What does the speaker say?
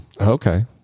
Okay